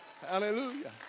Hallelujah